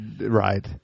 right